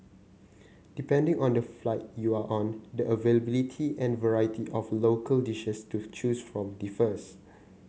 depending on the flight you are on the availability and variety of local dishes to choose from differs